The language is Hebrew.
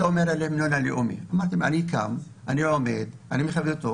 בהמנון הלאומי, אמרתי שאני קם, עומד, מכבד.